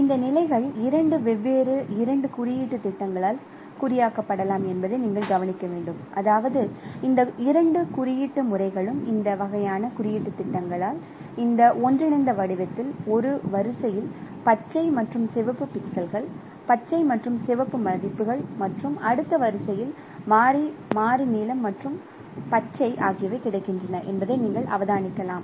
இந்த நிலைகள் இரண்டு வெவ்வேறு இரண்டு குறியீட்டு திட்டங்களால் குறியாக்கப்படலாம் என்பதை நீங்கள் கவனிக்க வேண்டும்அதாவது இந்த இரண்டு குறியீட்டு முறைகளும் இந்த வகையான குறியீட்டுத் திட்டங்களால் இந்த ஒன்றிணைந்த வடிவத்தில் ஒரு வரிசையில் பச்சை மற்றும் சிவப்பு பிக்சல்கள் பச்சை மற்றும் சிவப்பு மதிப்புகள் மற்றும் அடுத்த வரிசையில் மாறி மாறி நீலம் மற்றும் பச்சை ஆகியவை கிடைக்கின்றன என்பதை நீங்கள் அவதானிக்கலாம்